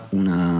una